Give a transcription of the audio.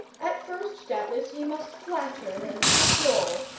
at first, doubtless, he must flatter and cajole,